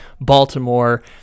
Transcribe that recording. Baltimore